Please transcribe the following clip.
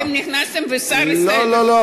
אבל אתם נכנסתם, לא, לא, לא.